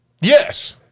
Yes